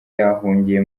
yahungiye